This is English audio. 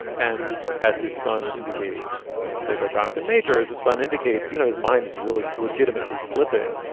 and as his son indicates, you know, play by jonathan major as a son indicates, you know, his mind is really legitimately slipping.